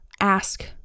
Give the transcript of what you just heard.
ask